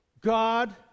God